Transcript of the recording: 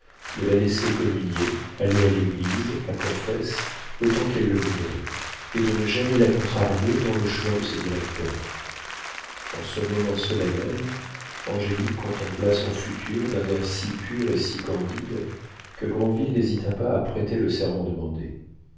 de la laisser communier aller à l'église à confesse autant qu'elle le voudrait et de ne jamais la contrarier dans le choix de ses directeurs en ce moment solennel angélique contempla son futur d'un air si pur et si candide que granville n'hésita pas à prêter le serment demandé